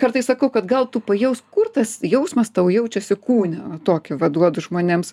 kartais sakau kad gal tu pajausk kur tas jausmas tau jaučiasi kūne tokį va duosdu žmonėms